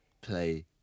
play